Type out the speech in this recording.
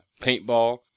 Paintball